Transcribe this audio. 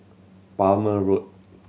Palmer Road